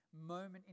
moment